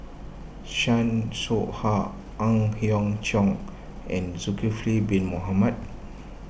Chan Soh Ha Ang Hiong Chiok and Zulkifli Bin Mohamed